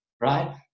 right